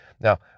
Now